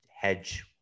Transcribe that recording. hedge